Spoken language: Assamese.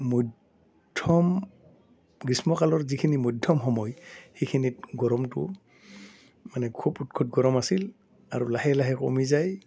মধ্যম গ্ৰীষ্মকালৰ যিখিনি মধ্যম সময় সেইখিনিত গৰমটো মানে খুব উৎকট গৰম আছিল আৰু লাহে লাহে কমি যায়